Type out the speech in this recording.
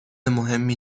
مهمی